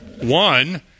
one